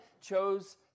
chose